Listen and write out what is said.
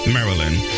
Maryland